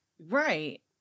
right